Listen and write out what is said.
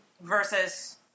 versus